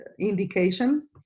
indication